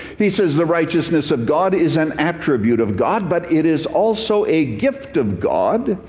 he says the righteousness of god is an attribute of god, but it is also a gift of god.